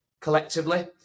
collectively